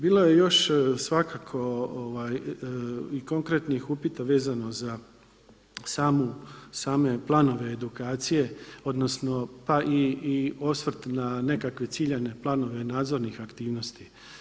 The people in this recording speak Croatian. Bilo je još svakako i konkretnih upita vezano za same planove edukacije odnosno pa i osvrt na nekakve ciljane planove nadzornih aktivnosti.